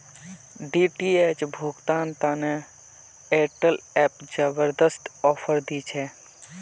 DTH भुगतान तने Airtel app जबरदस्त ऑफर दी छे